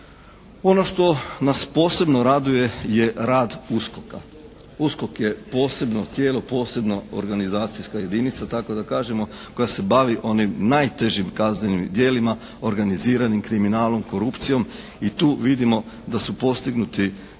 Ono što nas posebno raduje je rad USKOK-a. USKOK je posebno tijelo, posebna organizacijska jedinica tako da kažemo koja se bavi onim najtežim kaznenim djelima organiziranim kriminalom, korupcijom i tu vidimo da su postignuti bitni